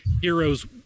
heroes